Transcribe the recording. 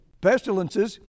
pestilences